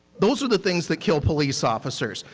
those are the things that kill police officers.